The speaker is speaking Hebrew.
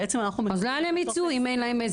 לאן הן ייצאו, אם אין להן?